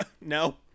no